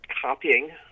copying